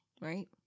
right